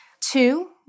Two